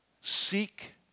seek